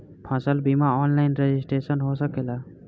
फसल बिमा online registration हो सकेला?